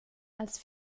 als